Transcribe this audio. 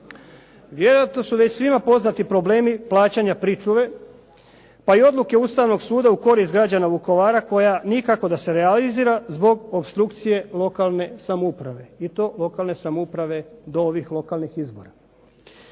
Vjerojatno su već svima poznati problemi plaćanja pričuve, pa i odluke Ustavnog suda u korist građana Vukovara koja nikako da se realizira zbog opstrukcije lokalne samouprave i to lokalne samouprave do ovih lokalnih izbora.